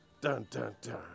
Dun-dun-dun